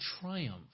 triumph